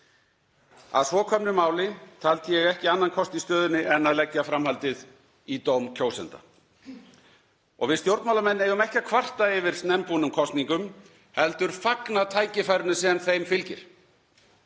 Að svo komnu máli taldi ég ekki annan kost í stöðunni en að leggja framhaldið í dóm kjósenda. Við stjórnmálamenn eigum ekki að kvarta yfir snemmbúnum kosningum heldur fagna tækifærinu sem þeim fylgir.